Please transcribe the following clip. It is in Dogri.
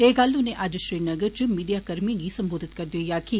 एह् गल्ल उनें अज्ज श्रीनगर च मीडिया कर्मिएं गी संबोधत करदे होई आकखेआ